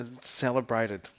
celebrated